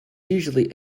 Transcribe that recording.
usually